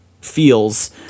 feels